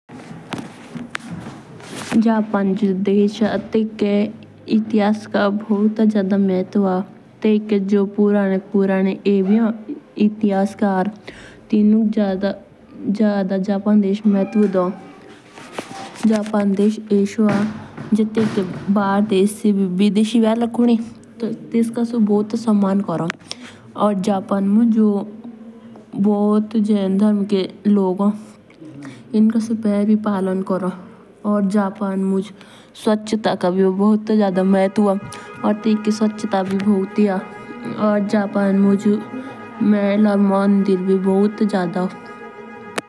जापान जो देस होन तेयिके इतिहास का भूतै जादा महतुव होन तेयिके पुराने पुराने इतिहास कर तेनुक जादा जापान देस मेहतुव देओन। जापान देस ईएसआई होन भर देस दी विदेसी भी एले कुनी तो तेस्का सो भुता समान कोसिन जापान मुंज जेन धर्म के लोग हो।